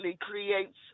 creates